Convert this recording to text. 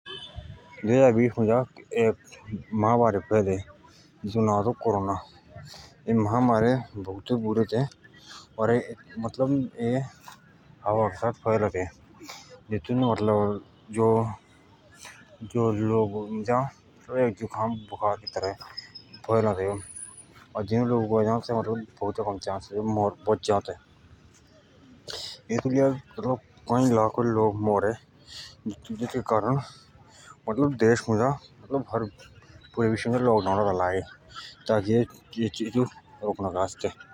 दुई हजार बिश मुझ एक महामारे फयले ते जेतुको नाअ तो कोरोना ए महामारे बोउते बुरे ते जो हावा के साथ फयलते एतु मुझ लोगुक झुखाम बुखार फयलते जिनुक अए जाअते से बोउते कम बचते एतु लेई पुरे विश्व मुझ लाखों लोग मअरे ओर एतु कारण लाकडाउन रा लागे एतु रोकनके आस्ते।